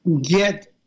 get